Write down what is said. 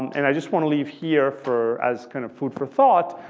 and i just want to leave here for as kind of food for thought,